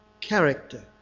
Character